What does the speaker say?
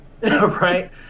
Right